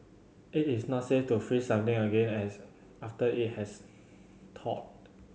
it is not safe to freeze something again as after it has thawed